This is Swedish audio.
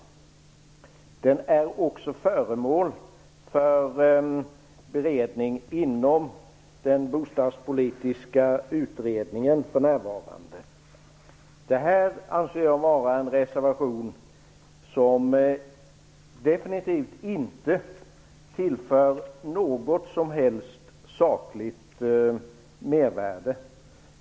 Den är också för närvarande föremål för beredning inom den bostadspolitiska utredningen. Jag anser att detta är en reservation som definitivt inte tillför något som helst sakligt mervärde.